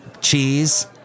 cheese